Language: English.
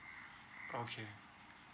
okay